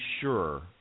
sure